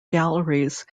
galleries